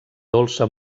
dolça